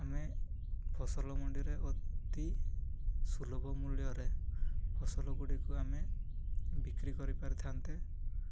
ଆମେ ଫସଲ ମଣ୍ଡିରେ ଅତି ସୁଲଭ ମୂଲ୍ୟରେ ଫସଲ ଗୁଡ଼ିକୁ ଆମେ ବିକ୍ରି କରିପାରିଥାନ୍ତେ